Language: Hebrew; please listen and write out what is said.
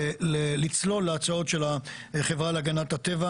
לצלול להצעות של החברה להגנת הטבע,